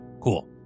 Cool